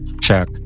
Check